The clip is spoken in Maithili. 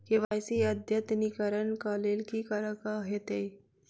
के.वाई.सी अद्यतनीकरण कऽ लेल की करऽ कऽ हेतइ?